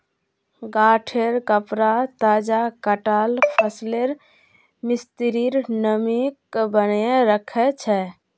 गांठेंर कपडा तजा कटाल फसलेर भित्रीर नमीक बनयें रखे छै